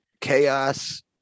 Chaos